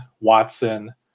Watson